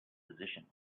position